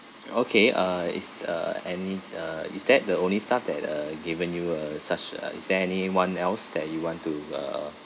okay uh is the uh uh any uh is that the only stuff that uh given you a such uh uh is there any one else that you want to uh uh